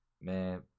man